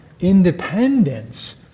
independence